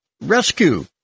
rescue